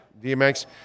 DMX